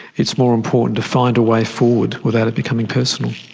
it's more important to find a way forward without it becoming personal.